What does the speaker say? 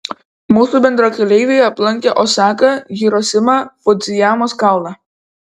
mūsų bendrakeleiviai aplankė osaką hirosimą fudzijamos kalną